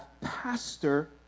Pastor